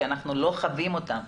כי אנחנו לא חווים אותם,